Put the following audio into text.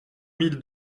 mille